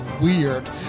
weird